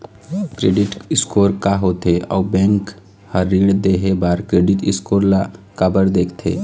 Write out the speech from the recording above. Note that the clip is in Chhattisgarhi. क्रेडिट स्कोर का होथे अउ बैंक हर ऋण देहे बार क्रेडिट स्कोर ला काबर देखते?